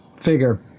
figure